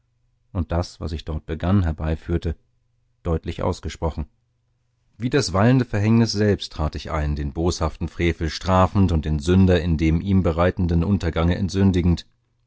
und das was ich dort begann herbeiführte deutlich ausgesprochen wie das waltende verhängnis selbst trat ich ein den boshaften frevel strafend und den sünder in dem ihm bereiteten untergange